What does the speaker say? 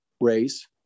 race